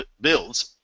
builds